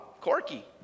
Corky